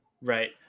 right